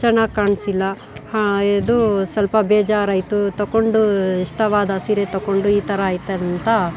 ಚೆನ್ನಾಗಿ ಕಾಣಿಸಿಲ್ಲ ಇದು ಸ್ವಲ್ಪ ಬೇಜಾರು ಆಯಿತು ತಗೊಂಡು ಇಷ್ಟವಾದ ಸೀರೆ ತಗೊಂಡು ಈ ಥರ ಆಯ್ತಂತ